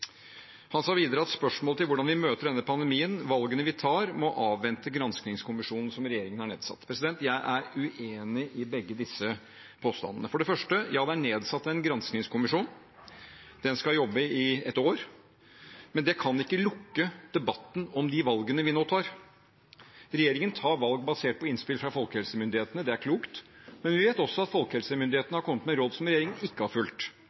Han sa videre at spørsmål til hvordan vi møter denne pandemien, valgene vi tar, må avvente granskingskommisjonen som er nedsatt. Jeg er uenig i begge disse påstandene. Ja, det er nedsatt en granskingskommisjon. Den skal jobbe i et år, men det kan ikke lukke debatten om de valgene vi nå tar. Regjeringen tar valg basert på innspill fra folkehelsemyndighetene, det er klokt, men vi vet også at folkehelsemyndighetene har kommet med råd som regjeringen ikke har fulgt.